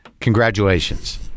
Congratulations